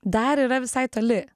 dar yra visai toli